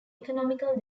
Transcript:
economical